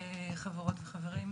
חברות וחברים,